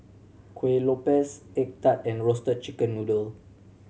Kueh Lopes egg tart and Roasted Chicken Noodle